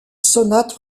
sonate